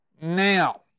Now